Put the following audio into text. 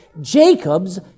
Jacob's